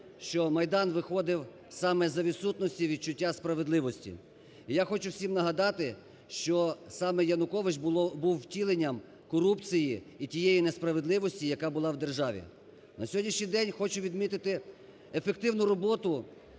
що Майдан виходив саме за відсутності відчуття справедливості, і я хочу всім нагадати, що саме Янукович був втіленням корупції і тієї несправедливості, яка була в державі. На сьогоднішній день хочу відмітити ефективну роботу